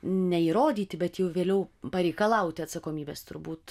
neįrodyti bet jau vėliau pareikalauti atsakomybės turbūt